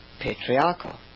patriarchal